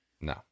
No